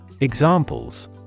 Examples